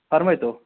فَرمٲے تو